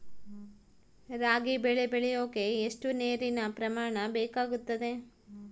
ರಾಗಿ ಬೆಳೆ ಬೆಳೆಯೋಕೆ ಎಷ್ಟು ನೇರಿನ ಪ್ರಮಾಣ ಬೇಕಾಗುತ್ತದೆ?